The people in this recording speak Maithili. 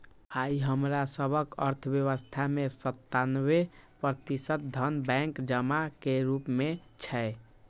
आइ हमरा सभक अर्थव्यवस्था मे सत्तानबे प्रतिशत धन बैंक जमा के रूप मे छै